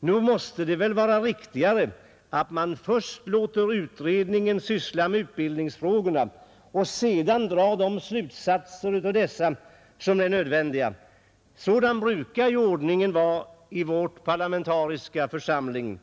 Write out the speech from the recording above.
Nog måste väl det vara riktigare att man först låter utredningen syssla med utbildningsfrågorna och sedan av utredningens resultat drar de slutsatser som är nödvändiga. Sådan brukar ordningen vara i vår parlamentariska församling.